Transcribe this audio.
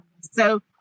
So-